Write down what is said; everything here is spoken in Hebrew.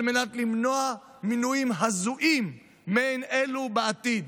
על מנת למנוע מינויים הזויים מעין אלו בעתיד,